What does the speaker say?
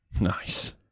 Nice